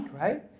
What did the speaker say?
right